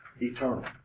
eternal